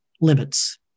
limits